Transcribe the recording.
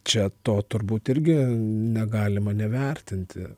čia to turbūt irgi negalima nevertinti